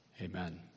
Amen